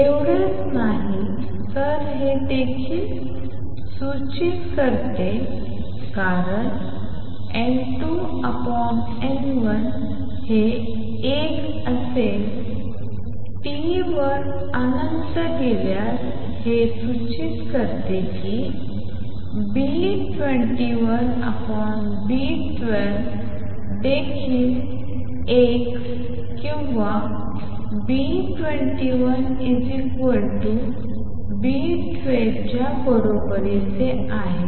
एवढेच नाही तर हे देखील सूचित करते कारण N2N1 हे 1 असेल टी वर अनंत गेल्यास हे सूचित करते की B21 B12 देखील 1 किंवा B21 B12 च्या बरोबरीचे आहे